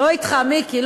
לא אתך, מיקי.